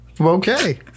Okay